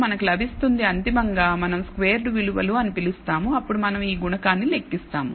మనకు లభిస్తుంది అంతిమంగా మనం స్క్వేర్డ్ విలువలు అని పిలుస్తాము అప్పుడు మనం ఈ గుణకాన్ని లెక్కిస్తాము